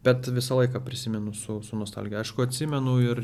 bet visą laiką prisimenu su su nostalgija aišku atsimenu ir